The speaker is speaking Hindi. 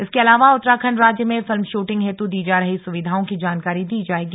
इसके अलावा उत्तराखण्ड राज्य में फिल्म शूटिंग हेतु दी जा रही सुविधाओं की जानकारी दी जायेगी